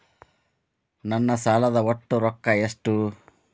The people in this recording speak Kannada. ನನ್ನ ಸಾಲದ ಒಟ್ಟ ರೊಕ್ಕ ಎಷ್ಟು?